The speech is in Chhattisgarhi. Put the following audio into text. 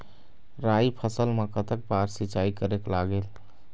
राई फसल मा कतक बार सिचाई करेक लागेल?